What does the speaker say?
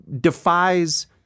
defies